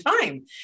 time